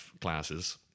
classes